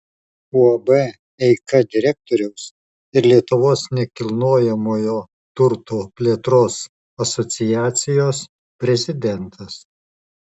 uab eika direktorius ir lietuvos nekilnojamojo turto plėtros asociacijos prezidentas